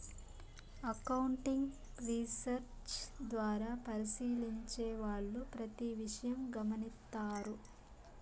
accounting research ద్వారా పరిశీలించే వాళ్ళు ప్రతి విషయం గమనిత్తారు